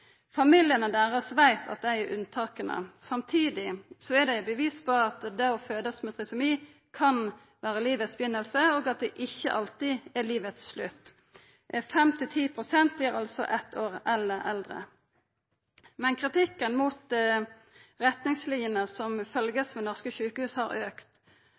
Familiane deira veit at dei er unntaka. Samtidig er dei bevis på at det å verta fødd med trisomi kan vera livets byrjing, og at det ikkje alltid er livets slutt. 5–10 pst. vert altså eitt år eller eldre. Kritikken mot retningslinjene som